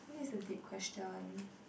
this is a deep question